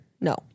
No